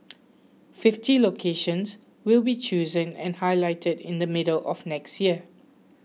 fifty locations will be chosen and highlighted in the middle of next year